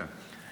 כן.